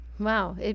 Wow